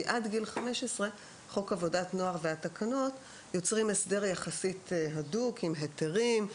כי עד גיל 15 חוק עבודת נוער והתקנות יוצרים הסדר יחסית הדוק עם היתרים,